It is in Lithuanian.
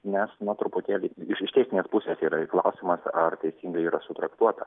nes nu truputėlį iš iš teisinės pusės yra ir klausimas ar teisingai yra traktuota